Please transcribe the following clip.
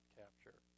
capture